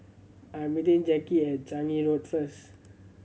I am meeting Jacki at Changi Road first